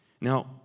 Now